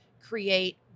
create